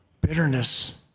Bitterness